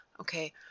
okay